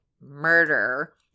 murder